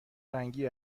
رنگی